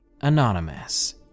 anonymous